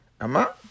Ama